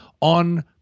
on